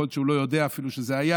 יכול להיות שהוא אפילו לא יודע שזה היה,